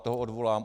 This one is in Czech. Toho odvolám.